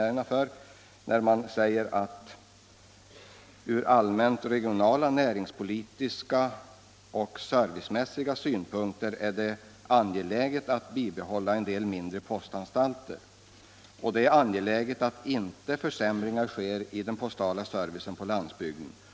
Trafikutskottet erinrade då i sitt betänkande om att det ur allmänt regionala, näringsgeografiska och servicemässiga synpunkter är angeläget att bibehålla en del mindre postanstalter samt att det är angeläget att en försämring av postverkets service inom landsbygdsoch glesbygdsområden inte sker.